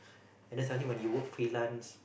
and then suddenly when you work freelance